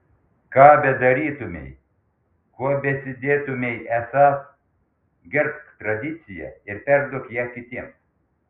ką bedarytumei kuo besidėtumei esąs gerbk tradiciją ir perduok ją kitiems